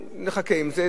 נחכה עם זה,